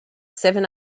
seven